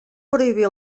prohibir